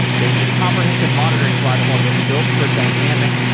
they need a comprehensive monitoring platform that is built for dynamic,